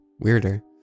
weirder